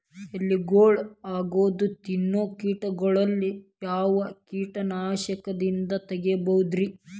ಎಲಿಗೊಳ್ನ ಅಗದು ತಿನ್ನೋ ಕೇಟಗೊಳ್ನ ಯಾವ ಕೇಟನಾಶಕದಿಂದ ತಡಿಬೋದ್ ರಿ?